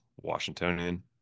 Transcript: Washingtonian